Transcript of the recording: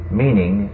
meaning